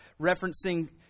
referencing